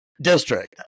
district